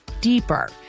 deeper